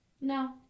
no